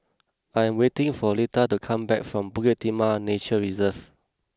I am waiting for Lita to come back from Bukit Timah Nature Reserve